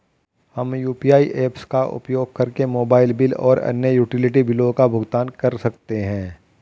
हम UPI apps का उपयोग करके मोबाइल बिल और अन्य यूटिलिटी बिलों का भुगतान कर सकते हैं